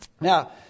Now